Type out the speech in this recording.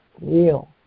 real